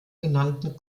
genannten